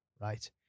right